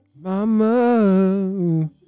Mama